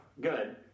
Good